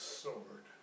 sword